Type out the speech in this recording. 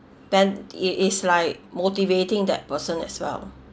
then it is like motivating that person as well